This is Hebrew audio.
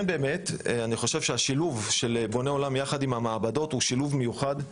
אני חושב שהשילוב של בונה עולם יחד עם המעבדות הוא שילוב מיוחד,